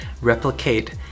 replicate